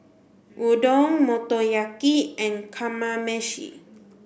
Udon Motoyaki and Kamameshi